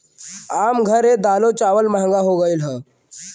आम घर ए दालो चावल महंगा हो गएल हौ